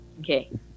Okay